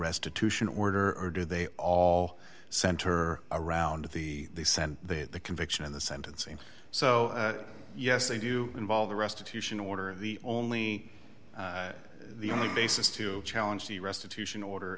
restitution order or do they all center around the sense that the conviction and the sentencing so yes they do involve the restitution order and the only the only basis to challenge the restitution order